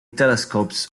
telescopes